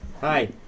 Hi